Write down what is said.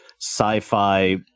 sci-fi